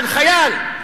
של חייל,